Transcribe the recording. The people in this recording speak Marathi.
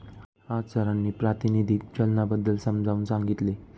आज सरांनी प्रातिनिधिक चलनाबद्दल समजावून सांगितले